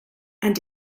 and